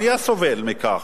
מי הסובל מכך?